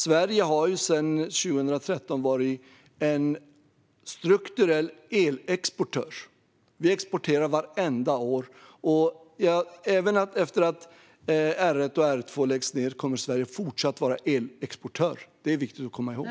Sverige har sedan 2013 varit en strukturell elexportör; vi exporterar vartenda år. Även efter att R 1 och 2 läggs ned kommer Sverige att fortsätta att vara en elexportör. Det är viktigt att komma ihåg.